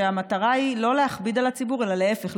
והמטרה היא לא להכביד על הציבור אלא להפך,